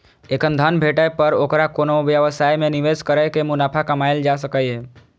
एखन धन भेटै पर ओकरा कोनो व्यवसाय मे निवेश कैर के मुनाफा कमाएल जा सकैए